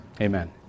amen